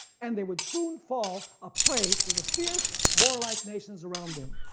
and they would soon fall a prey to the fierce, warlike nations around them.